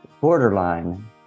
Borderline